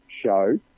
Show